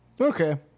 Okay